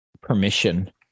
permission